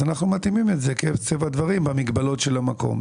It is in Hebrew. אז אנחנו מתאימים את קצב הדברים במגבלות של המקום.